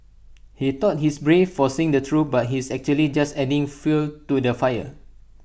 he thought he's brave for saying the truth but he's actually just adding fuel to the fire